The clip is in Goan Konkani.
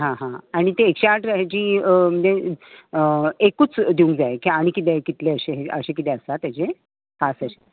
आं हां आनी ती एकशे आट हेजी म्हणजे एकूच दिवं जाय की आनी कितें कितलेंय कितलेशेच अशें अशें कितेंय आसता ताजें खास अशें